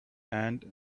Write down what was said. and